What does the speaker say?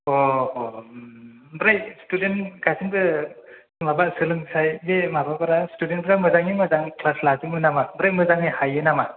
ओमफ्राय सिथुदेन्त गासैनोबो माबा सोलोंथाय जे माबाफ्रा सिथुदेन्तफ्रा मोजाङै मोजां ख्लास लाजोबो नामा ओमफ्राय मोजाङै हायो नामा